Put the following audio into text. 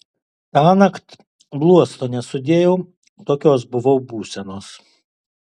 tąnakt bluosto nesudėjau tokios buvau būsenos